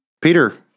Peter